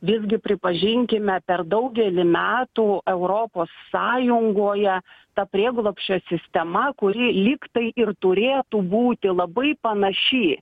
visgi pripažinkime per daugelį metų europos sąjungoje ta prieglobsčio sistema kuri lyg tai ir turėtų būti labai panaši